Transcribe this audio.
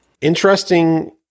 Interesting